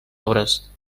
obres